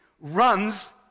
runs